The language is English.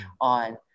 on